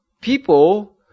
people